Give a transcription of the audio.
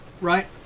right